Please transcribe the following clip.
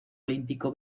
olímpico